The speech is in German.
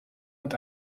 und